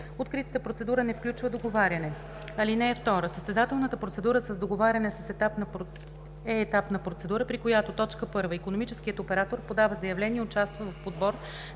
Откритата процедура не включва договаряне. (2) Състезателната процедура с договаряне е етапна процедура, при която: 1. икономическият оператор подава заявление и участва в подбор,